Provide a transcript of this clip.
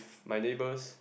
my neighbours